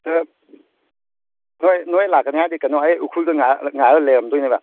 ꯈꯔ ꯍꯣꯏ ꯅꯣꯏ ꯂꯥꯛꯀꯅꯤ ꯍꯥꯏꯔꯗꯤ ꯀꯩꯅꯣ ꯑꯩ ꯎꯈ꯭ꯔꯨꯜꯗ ꯉꯥꯏꯔ ꯂꯩꯔꯝꯗꯣꯏꯅꯦꯕ